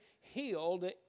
healed